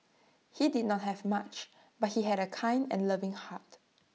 he did not have much but he had A kind and loving heart